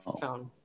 found